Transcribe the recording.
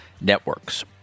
networks